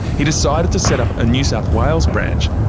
he decided to set up a new south wales branch.